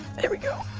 there we go.